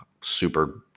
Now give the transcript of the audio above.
super